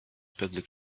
public